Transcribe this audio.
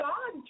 God